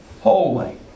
holy